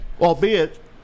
Albeit